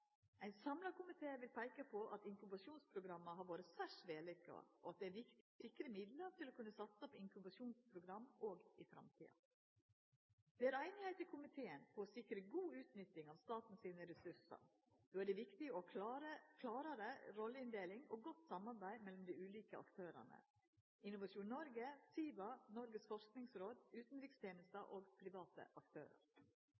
Ein samla komité vil peika på at inkubasjonsprogramma har vore særs vellukka, og det er viktig å sikra midlar for å satsa på inkubasjonsprogram òg i framtida. Det er semje i komiteen om å sikra god utnytting av staten sine ressursar. Då er det viktig å ha klarare rolledeling og godt samarbeid mellom dei ulike aktørane – Innovasjon Norge, SIVA, Noregs